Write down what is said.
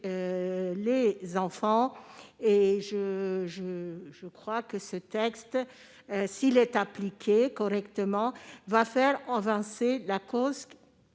les enfants. À cet égard, je crois que ce texte, s'il est appliqué correctement, va faire avancer la cause